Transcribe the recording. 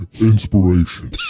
inspiration